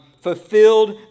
fulfilled